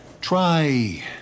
Try